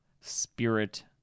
spirit